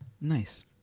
Nice